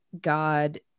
God